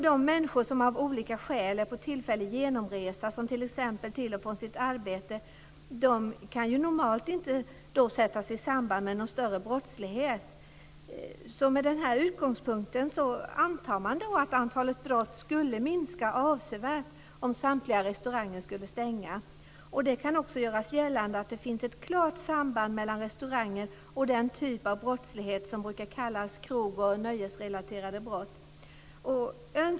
De människor som av olika skäl är på tillfällig genomresa t.ex. till och från sitt arbete kan normalt inte sättas i samband med någon större brottslighet. Med den utgångspunkten antar man att antalet brott skulle minska avsevärt om samtliga restauranger skulle stängas. Det kan också göras gällande att det finns ett klart samband mellan restauranger och den typ av brottslighet som brukar kallas krog och nöjesrelaterad.